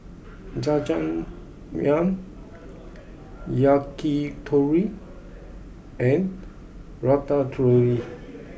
Jajangmyeon Yakitori and Ratatouille